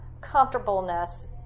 comfortableness